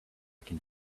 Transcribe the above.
can